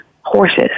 horses